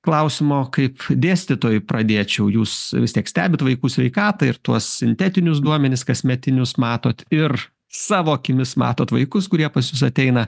klausimo kaip dėstytojui pradėčiau jūs vis tiek stebit vaikų sveikatą ir tuos sintetinius duomenis kasmetinius matot ir savo akimis matot vaikus kurie pas jus ateina